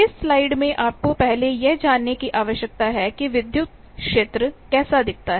इस स्लाइड में आपको पहले यह जानने की आवश्यकता है कि विद्युत क्षेत्र कैसा दिखता है